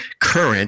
current